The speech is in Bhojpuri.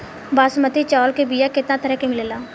बासमती चावल के बीया केतना तरह के मिलेला?